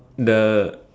the